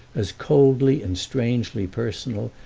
as coldly and strangely personal,